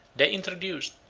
they introduced,